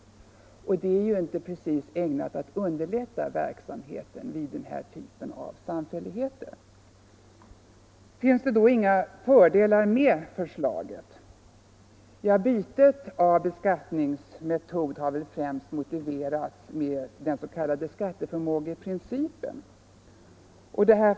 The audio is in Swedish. Det är ju inte precis ägnat att underlätta verksamheten vid den här typen av samfälligheter. Finns det då inga fördelar med förslaget? Bytet av beskattningsmetod har väl främst motiverats med den s.k. skatteförmågeprincipen.